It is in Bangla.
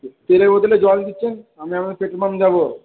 তেলের বদলে জল দিচ্ছেন আমি আপনার পেট্রোল পাম্প যাব